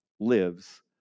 lives